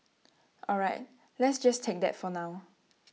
all right let's just take that for now